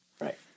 Right